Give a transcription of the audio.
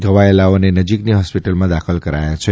ઘવાયેલાઓને નજીકની હોસ્પિટલમાં દાખલ કરાયા છે